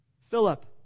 Philip